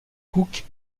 cook